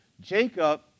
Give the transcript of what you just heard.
Jacob